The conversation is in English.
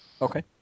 Okay